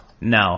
no